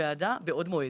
לוועדה בעוד מועד.